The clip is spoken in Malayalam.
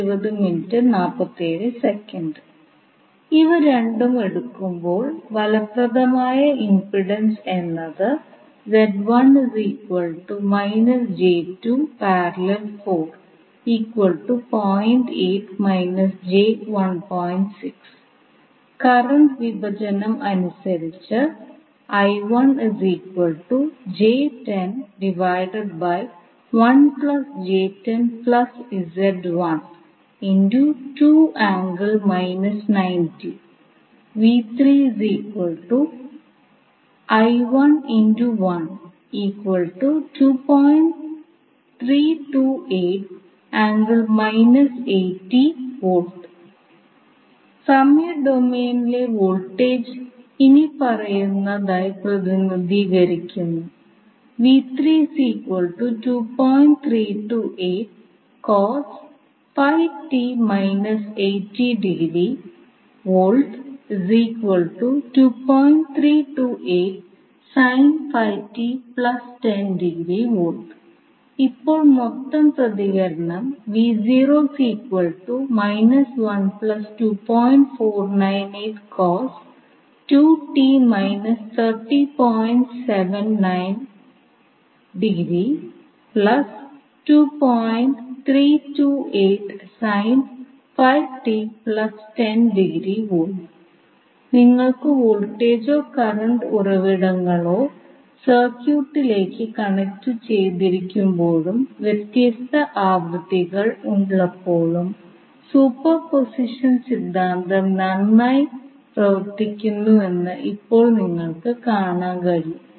ഇവ രണ്ടും എടുക്കുമ്പോൾ ഫലപ്രദമായ ഇംപിഡൻസ് എന്നത് കറണ്ട് വിഭജനം അനുസരിച്ച് സമയ ഡൊമെയ്നിലെ വോൾട്ടേജ് ഇനിപ്പറയുന്നതായി പ്രതിനിധീകരിക്കുന്നു ഇപ്പോൾ മൊത്തം പ്രതികരണം നിങ്ങൾക്ക് വോൾട്ടേജോ കറണ്ട് ഉറവിടങ്ങളോ സർക്യൂട്ടിലേക്ക് കണക്റ്റു ചെയ്തിരിക്കുമ്പോഴും വ്യത്യസ്ത ആവൃത്തികൾ ഉള്ളപ്പോഴും സൂപ്പർ പോസിഷൻ സിദ്ധാന്തം നന്നായി പ്രവർത്തിക്കുന്നുവെന്ന് ഇപ്പോൾ നിങ്ങൾക്ക് കാണാൻ കഴിയും